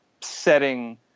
setting